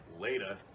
Later